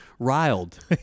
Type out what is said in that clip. Riled